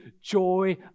joy